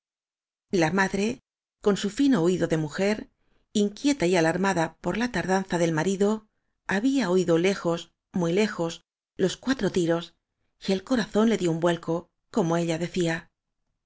la madre con su ñno oído de mujer in quieta y alarmada por la tardanza del marido había oído lejos muy lejos los cuatro tiros y el corazón le dió un vuelco como ella decía